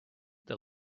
that